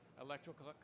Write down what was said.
Electrical